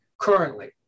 currently